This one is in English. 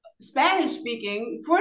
Spanish-speaking